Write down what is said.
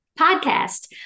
podcast